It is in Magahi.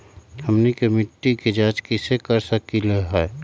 हमनी के मिट्टी के जाँच कैसे कर सकीले है?